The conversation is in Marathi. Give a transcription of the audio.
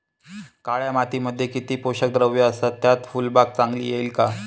काळ्या मातीमध्ये किती पोषक द्रव्ये असतात, त्यात फुलबाग चांगली येईल का?